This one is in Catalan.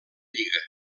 lliga